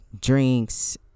drinks